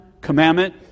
commandment